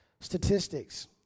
statistics